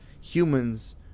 humans